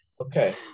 Okay